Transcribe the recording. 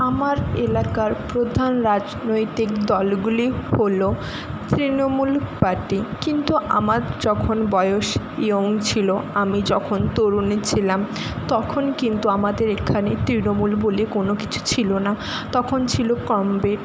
আমার এলাকার প্রধান রাজনৈতিক দলগুলি হল তৃণমূল পার্টি কিন্তু আমার যখন বয়স ইয়ং ছিল আমি যখন তরুণী ছিলাম তখন কিন্তু আমাদের এখানে তৃণমূল বলে কোন কিছু ছিল না তখন ছিল কমরেড